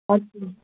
اچھا